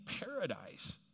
paradise